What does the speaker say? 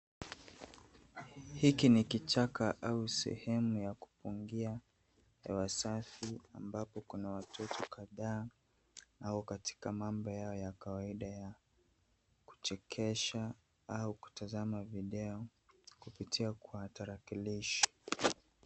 Hiki ni kichaka au sehemu ya kufungia hewa safi ambapo kuna watoto kadhaa au katika mambo yao ya kawaida ya kuchekesha au kutazama video kupitia kwa tarakilishi .